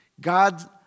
God